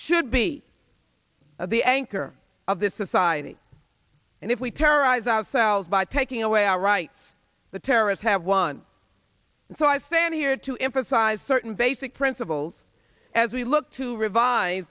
should be the anchor of this society and if we terrorize outsells by taking away our rights the terrorists have won and so i fand here to emphasize certain basic principles as we look to revi